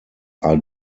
are